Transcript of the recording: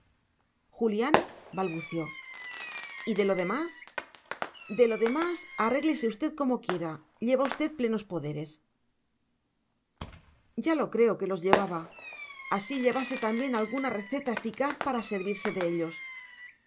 julián balbució y de lo demás de lo demás arréglese usted como quiera lleva usted plenos poderes ya lo creo que los llevaba así llevase también alguna receta eficaz para servirse de ellos